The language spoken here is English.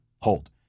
hold